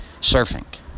surfing